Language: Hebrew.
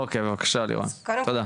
אוקי, בבקשה, לירון, תודה.